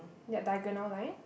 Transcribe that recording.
that diagonal line